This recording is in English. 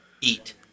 Eat